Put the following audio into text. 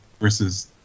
Versus